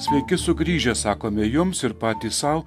sveiki sugrįžę sakome jums ir patys sau